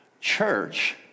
church